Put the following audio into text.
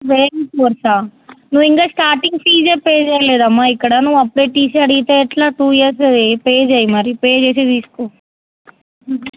వేరే కోర్సా నువ్వు ఇంకా స్టార్టింగ్ ఫీజ్ పే చేయలేదమ్మ ఇక్కడ నువ్వు అప్పుడే టీసీ అడిగితే ఎట్లా టూ ఇయర్స్ది పే చెయ్యి మరి పే చేసి తీసుకో